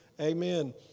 Amen